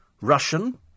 Russian